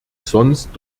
sonst